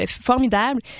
formidable